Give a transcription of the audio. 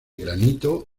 granito